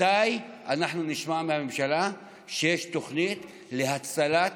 מתי אנחנו נשמע מהממשלה שיש תוכנית להצלת